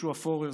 יהושע פורר,